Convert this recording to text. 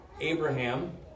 Abraham